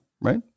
right